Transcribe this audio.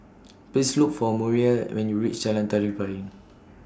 Please Look For Muriel when YOU REACH Jalan Tari Piring